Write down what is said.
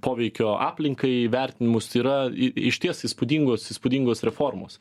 poveikio aplinkai vertinimus yra i išties įspūdingos įspūdingos reformos